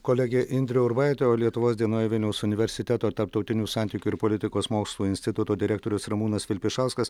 kolegė indrė urbaitė o lietuvos dienoj vilniaus universiteto tarptautinių santykių ir politikos mokslų instituto direktorius ramūnas vilpišauskas